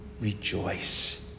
Rejoice